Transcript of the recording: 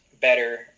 better